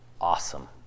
awesome